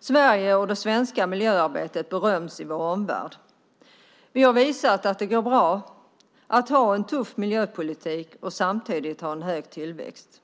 Sverige och det svenska miljöarbetet beröms i vår omvärld. Vi har visat att det går bra att föra en tuff miljöpolitik och samtidigt ha hög tillväxt.